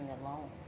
alone